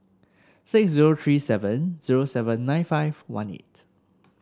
six zero three seven zero seven nine five one eight